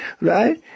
right